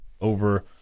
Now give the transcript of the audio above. over